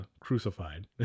crucified